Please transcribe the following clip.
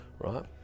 Right